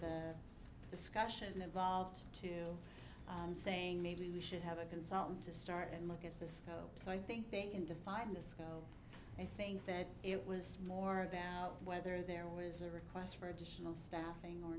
the discussion of volved to saying maybe we should have a consultant to start and look at the scope so i think they can define the scope i think that it was more about whether there was a request for additional staffing or